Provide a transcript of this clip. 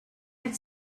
had